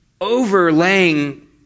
Overlaying